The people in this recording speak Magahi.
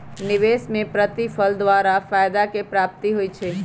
निवेश में प्रतिफल द्वारा फयदा के प्राप्ति होइ छइ